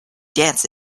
dance